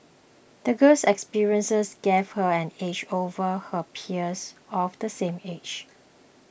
the girl's experiences gave her an edge over her peers of the same age